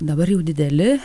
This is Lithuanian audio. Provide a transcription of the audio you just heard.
dabar jau dideli